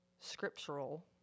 scriptural